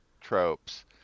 tropes